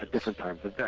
ah different times of day.